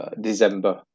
December